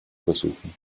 versuchen